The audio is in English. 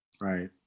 right